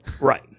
Right